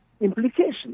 implications